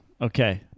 Okay